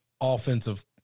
offensive